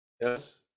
yes